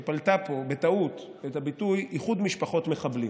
היא פלטה פה בטעות את הביטוי: איחוד משפחות מחבלים,